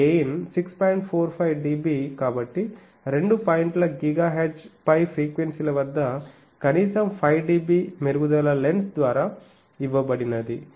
45dB కాబట్టి రెండు పాయింట్ల GHz పై ఫ్రీక్వెన్సీల వద్ద కనీసం 5dB మెరుగుదల లెన్స్ ద్వారా ఇవ్వబడింది